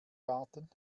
garten